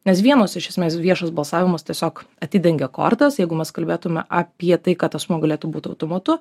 nes vienos iš esmės viešas balsavimas tiesiog atidengia kortas jeigu mes kalbėtume apie tai kad asmuo galėtų būt automatu